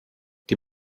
die